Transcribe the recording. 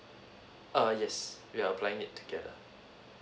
err yes we are applying it together